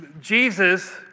Jesus